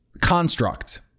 construct